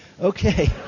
Okay